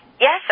Yes